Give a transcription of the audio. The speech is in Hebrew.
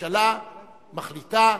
ממשלה מחליטה,